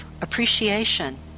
appreciation